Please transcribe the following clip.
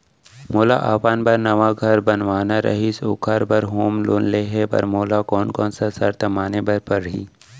मोला अपन बर नवा घर बनवाना रहिस ओखर बर होम लोन लेहे बर मोला कोन कोन सा शर्त माने बर पड़ही?